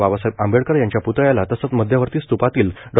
बाबासाहेब आंबेडकर यांच्या प्तळ्याला तसंच मध्यवर्ती स्त्पातील डॉ